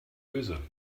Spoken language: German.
öse